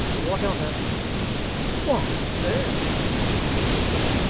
what of her why, sir returned dick,